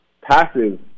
passive